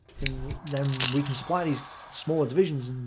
then then we can supply these smaller divisions.